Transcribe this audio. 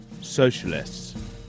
socialists